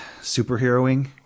superheroing